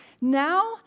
Now